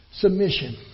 submission